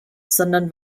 sondern